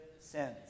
sins